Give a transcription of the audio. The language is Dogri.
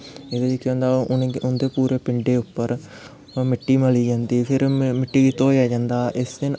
जेह्दे च होंदा उं'दे पूरे पिंडे उप्पर मिट्टी मली जंदी फिर मिट्टी गी धोएया जंदा इस दिन